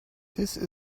this